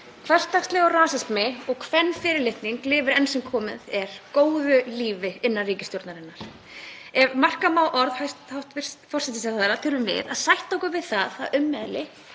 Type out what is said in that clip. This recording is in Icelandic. Hversdagslegur rasismi og kvenfyrirlitning lifir enn sem komið er góðu lífi innan ríkisstjórnarinnar. Ef marka má orð hæstv. forsætisráðherra þurfum við að sætta okkur við að ummæli